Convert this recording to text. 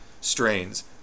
strains